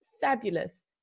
fabulous